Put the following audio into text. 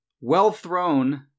well-thrown